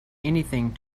anything